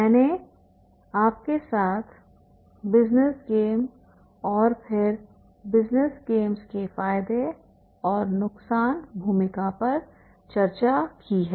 मैंने आपके साथ बिजनेस गेम और फिर बिजनेस गेम्स की फायदे और नुकसान भूमिका पर चर्चा की है